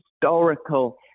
historical